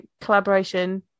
collaboration